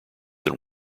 than